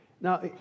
Now